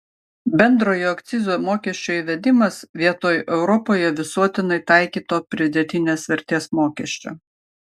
bendrojo akcizo mokesčio įvedimas vietoj europoje visuotinai taikyto pridėtinės vertės mokesčio